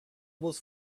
was